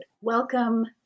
Welcome